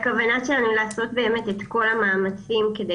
הכוונה שלנו היא לעשות באמת את כל המאמצים כדי